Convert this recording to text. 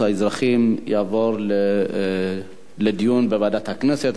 האזרחים יעבור לדיון בוועדת הכנסת,